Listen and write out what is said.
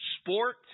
sport